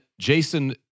Jason